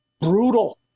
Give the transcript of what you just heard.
Brutal